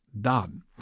done